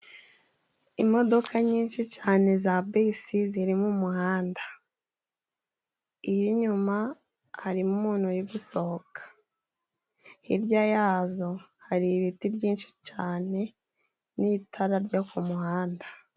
Imodoka nyinshi cane za bisi ziri mu muhanda, iy'inyuma harimo umuntu uri gusohoka, hirya yazo hari ibiti byinshi cane n'itara ryo ku muhanda.